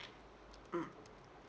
mm